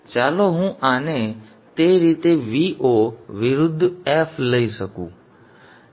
હવે ચાલો હું આને તે રીતે Vo વિરુદ્ધ f લઈ શકું